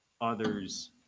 others